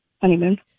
Honeymoon